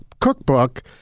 cookbook